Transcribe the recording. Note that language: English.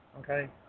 okay